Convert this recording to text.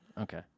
Okay